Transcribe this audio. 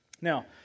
Now